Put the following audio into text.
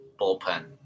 bullpen